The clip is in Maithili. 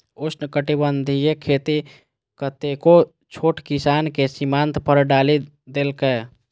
उष्णकटिबंधीय खेती कतेको छोट किसान कें सीमांत पर डालि देलकै